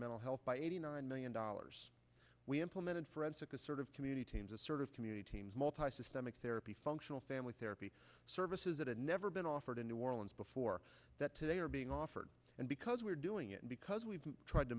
mental health by eighty nine million dollars we implemented forensic a sort of community team just sort of community teams multi systemic therapy functional family therapy services that have never been offered in new orleans before that today are being offered and because we're doing it because we've tried to